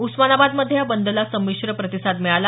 उस्मानाबाद मध्ये या बंदला संमिश्र प्रतिसाद मिळाला